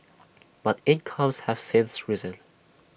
but incomes have since risen